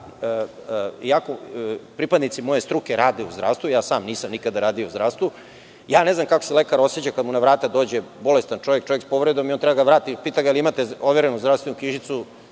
knjižicu. Pripadnici moje struke rade u zdravstvu. Ja sam nisam nikada radio u zdravstvu i ne znam kako se lekar oseća kad mu na vrata dođe bolestan čovek, čovek sa povredom i on treba da ga vrati. Pita ga – imate li overenu zdravstvenu knjižicu,